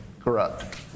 corrupt